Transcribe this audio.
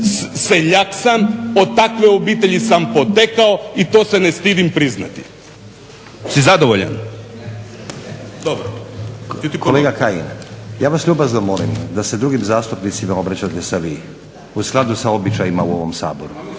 Seljak sam. Od takve obitelji sam potekao i to se ne stidim priznati. Si zadovoljan? **Stazić, Nenad (SDP)** Kolega Kajin, ja vas ljubazno molim da se drugim zastupnicima obraćate sa vi u skladu sa običajima u ovom Saboru